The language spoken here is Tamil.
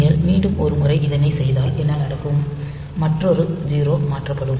நீங்கள் மீண்டும் ஒரு முறை இதனை செய்தால் என்ன நடக்கும் மற்றொரு 0 மாற்றப்படும்